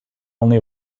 only